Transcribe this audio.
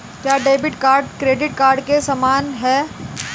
क्या debit card credit card के समान है?